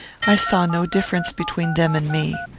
i saw no difference between them and me.